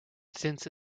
since